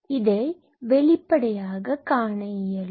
இதை வெளிப்படையாக காண இயலும்